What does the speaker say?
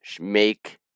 Make